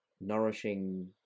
nourishing